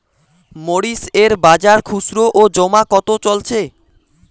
মরিচ এর বাজার খুচরো ও জমা কত চলছে?